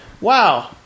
Wow